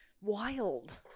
wild